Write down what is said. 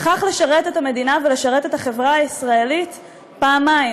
וכך לשרת את המדינה ולשרת את החברה הישראלית פעמיים,